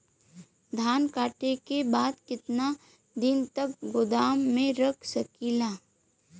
धान कांटेके बाद कितना दिन तक गोदाम में रख सकीला?